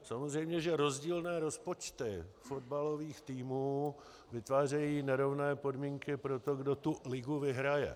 Samozřejmě že rozdílné rozpočty fotbalových týmů vytvářejí nerovné podmínky pro to, kdo tu ligu vyhraje.